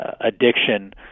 addiction